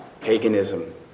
Paganism